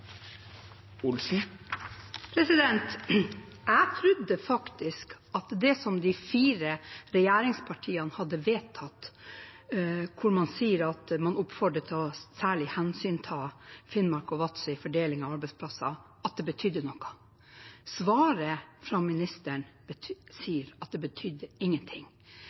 ansvar. Jeg trodde faktisk at det de fire regjeringspartiene hadde vedtatt, der man oppfordrer til særlig å hensynta Finnmark og Vadsø i fordelingen av arbeidsplasser, betydde noe. Svaret fra statsråden tilsier at det betydde ingenting.